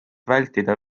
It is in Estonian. vältida